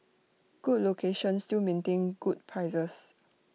good locations still maintain good prices